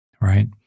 right